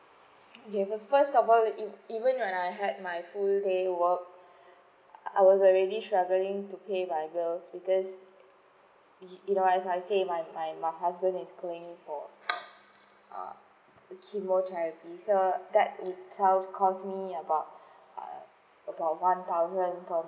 first of all in even when I had my full day work I was already struggling to pay my bills because you know as I say my my my husband is going for ah chemotherapy so that itself cost me about uh about one thousand per